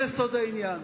זה סוד העניין.